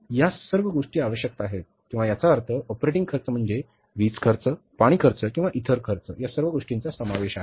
या सर्व गोष्टी आवश्यक आहेत किंवा याचा अर्थ ऑपरेटिंग खर्च म्हणजे वीज खर्च पाणी खर्च किंवा इतर खर्च या सर्व गोष्टींचा समावेश आहे